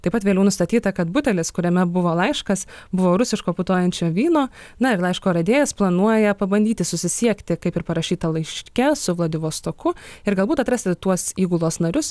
taip pat vėliau nustatyta kad butelis kuriame buvo laiškas buvo rusiško putojančio vyno na ir laiško radėjas planuoja pabandyti susisiekti kaip ir parašyta laiške su vladivostoku ir galbūt atrasti tuos įgulos narius